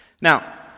Now